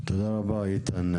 תודה רבה, איתן.